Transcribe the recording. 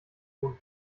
tun